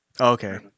Okay